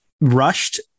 rushed